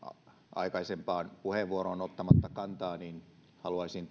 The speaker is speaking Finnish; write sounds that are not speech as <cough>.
aikaisempaan puheenvuoroon ottamatta kantaa niin haluaisin <unintelligible>